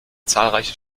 zahlreiche